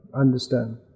understand